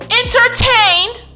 entertained